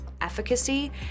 efficacy